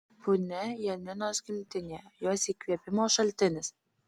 punia janinos gimtinė jos įkvėpimo šaltinis